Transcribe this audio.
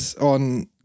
On